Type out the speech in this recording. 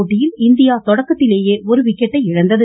போட்டியில் இந்தியா தொடக்கத்திலேயே ஒரு விக்கெட்டை இழந்தது